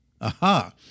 Aha